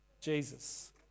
Jesus